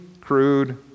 crude